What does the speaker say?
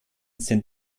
sind